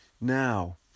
now